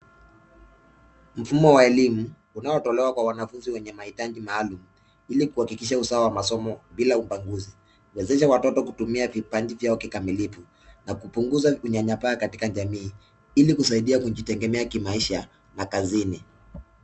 Mfumo wa elimu unaotolewa kwa wanafunzi wenye mahitaji maalum ili kuhakikisha usawa wa masomo bila ubaguzi. Huwezesha watoto kutumia vipaji vyao kikamilifu na kupunguza unyanyapaa katika jamii ili kusaidia kujitegemea kimaisha na kazini.